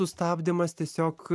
sustabdymas tiesiog